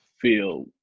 feel